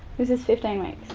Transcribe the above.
this is fifteen weeks.